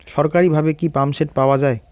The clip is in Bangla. সরকারিভাবে কি পাম্পসেট পাওয়া যায়?